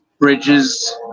bridges